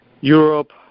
Europe